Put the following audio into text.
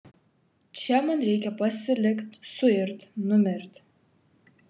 čia man reikia pasilikt suirt numirt